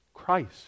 Christ